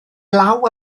law